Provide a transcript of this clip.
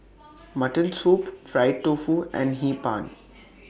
Mutton Soup Fried Tofu and Hee Pan